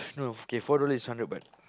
no okay four dollar is hundred butt